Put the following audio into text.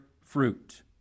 fruit